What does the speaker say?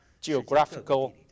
geographical